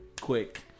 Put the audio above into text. quick